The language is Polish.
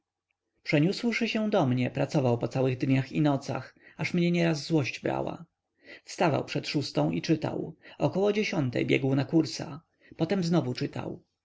stanowisk przeniósłszy się do mnie pracował po całych dniach i nocach aż mnie nieraz złość brała wstawał przed szóstą i czytał około dziesiątej biegł na kursa potem znowu czytał